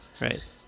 right